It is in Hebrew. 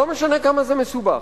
לא משנה כמה זה מסובך.